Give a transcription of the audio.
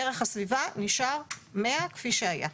ערך הסביבה נשאר 100 כפי שהיה.